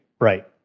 Right